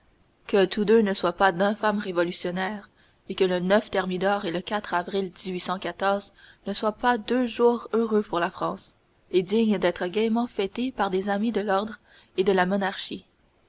que tous deux ne soient pas d'infâmes révolutionnaires et que le thermidor et le avril ne soient pas deux jours heureux pour la france et dignes d'être également fêtés par les amis de l'ordre et de la monarchie